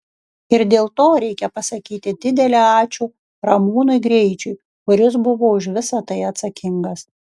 ir dėl to reikia pasakyti didelį ačiū ramūnui greičiui kuris buvo už visa tai atsakingas